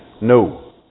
No